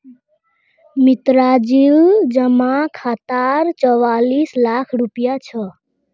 मिश्राजीर जमा खातात चौवालिस लाख रुपया छ